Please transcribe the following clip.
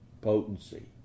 potency